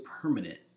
permanent